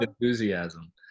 Enthusiasm